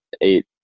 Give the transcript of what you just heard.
eight